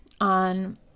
on